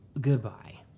Goodbye